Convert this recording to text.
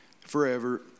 forever